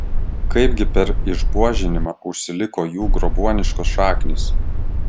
kaipgi per išbuožinimą užsiliko jų grobuoniškos šaknys